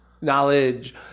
knowledge